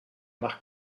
nach